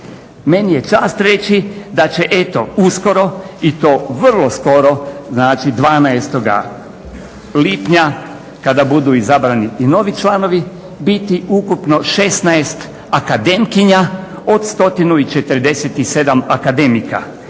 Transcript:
Meni je čast reći da će eto uskoro i to vrlo skoro znači 12.lipnja kada budu izabrani i novi članovi biti ukupno 16 akademkinja od 147 akademika.